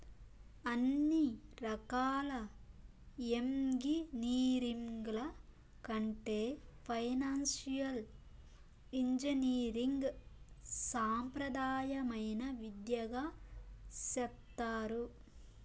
అన్ని రకాల ఎంగినీరింగ్ల కంటే ఫైనాన్సియల్ ఇంజనీరింగ్ సాంప్రదాయమైన విద్యగా సెప్తారు